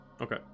Okay